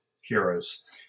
heroes